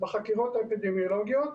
בחקירות האפידמיולוגיות,